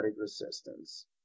resistance